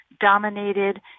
dominated